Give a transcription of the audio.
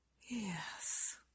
Yes